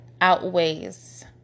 outweighs